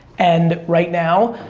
and right now,